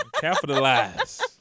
Capitalize